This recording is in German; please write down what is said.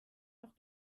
noch